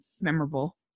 memorable